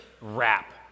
wrap